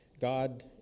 God